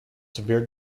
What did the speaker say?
severe